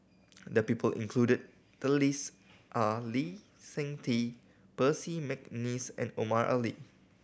the people included in the list are Lee Seng Tee Percy McNeice and Omar Ali